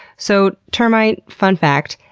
so, termite fun fact,